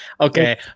Okay